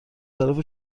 طرف